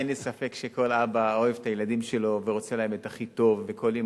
אין לי ספק שכל אבא אוהב את הילדים שלו ורוצה את הכי טוב בשבילם,